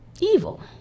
Evil